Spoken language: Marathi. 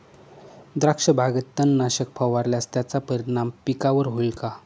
द्राक्षबागेत तणनाशक फवारल्यास त्याचा परिणाम पिकावर होईल का?